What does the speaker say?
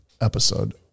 episode